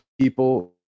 people